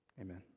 amen